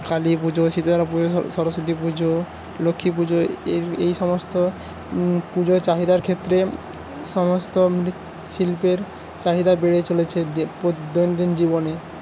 কালী পুজো শীতলা পুজো সরস্বতী পুজো লক্ষী পুজো এই সমস্ত পুজোর চাহিদার ক্ষেত্রে সমস্ত মৃৎ শিল্পের চাহিদা বেড়ে চলেছে দৈনন্দিন জীবনে